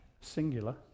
singular